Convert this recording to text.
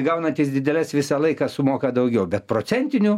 gaunantys dideles visą laiką sumoka daugiau bet procentiniu